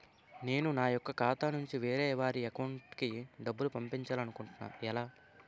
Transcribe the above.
నేను నా యెక్క ఖాతా నుంచి వేరే వారి అకౌంట్ కు డబ్బులు పంపించాలనుకుంటున్నా ఎలా?